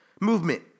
movement